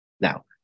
Now